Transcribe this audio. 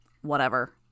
Whatever